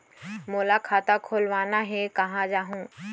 मोला खाता खोलवाना हे, कहाँ जाहूँ?